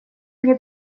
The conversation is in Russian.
мне